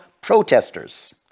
protesters